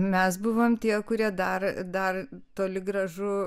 mes buvom tie kurie dar dar toli gražu